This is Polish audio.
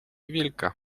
wilka